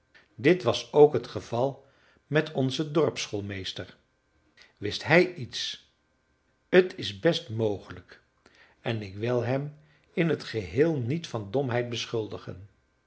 dit was ook het geval met onzen dorpsschoolmeester wist hij iets t is best mogelijk en ik wil hem in het geheel niet van domheid beschuldigen